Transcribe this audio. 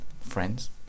Friends